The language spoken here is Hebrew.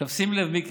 שים לב, מיקי: